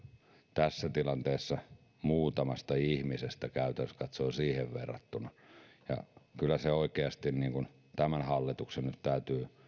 tässä tilanteessa käytännössä katsoen muutamasta ihmisestä siihen verrattuna kyllä oikeasti tämän hallituksen nyt täytyy